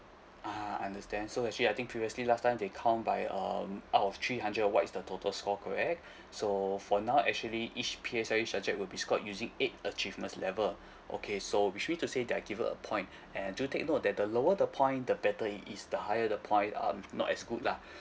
(uh huh) understand so actually I think previously last time they count by um out of three hundred what is the total score correct so for now actually each P_S_L_E subject will be scored using eight achievements level okay so which means to say they are given a point and do take note that the lower the point the better it is the higher the point um not as good lah